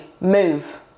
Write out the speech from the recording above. move